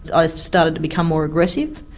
i started to become more aggressive,